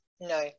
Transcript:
no